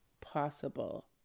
possible